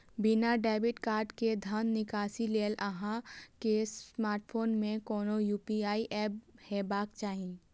बिना debit card के धन निकासी लेल अहां के स्मार्टफोन मे कोनो यू.पी.आई एप हेबाक चाही